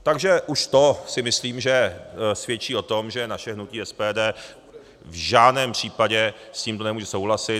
Takže už to si myslím, že svědčí o tom, že naše hnutí SPD v žádném případě s tímto nemůže souhlasit.